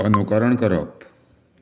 अनुकरण करप